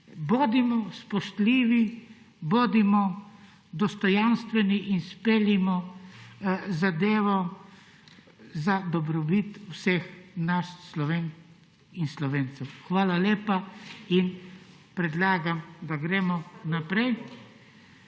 bodimo spoštljivi, bodimo dostojanstveni in izpeljimo zadevo za dobrobit vseh nas Slovenk in Slovencev. Hvala lepa in predlagam, da gremo naprej.